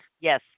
Yes